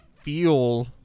feel